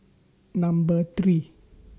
Number three